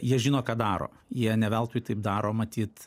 jie žino ką daro jie ne veltui taip daro matyt